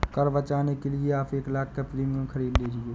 कर बचाने के लिए आप एक लाख़ का प्रीमियम खरीद लीजिए